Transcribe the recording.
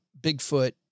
Bigfoot